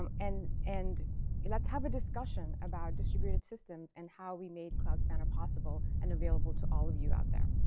um and and let's have a discussion about distributed systems and how we made cloud spanner possible and available to all of you out there.